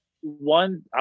one